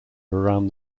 around